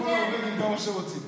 שהממשלה תיקח את המעונות ותטפל בילדים.